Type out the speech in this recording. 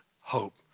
hope